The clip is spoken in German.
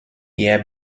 ihr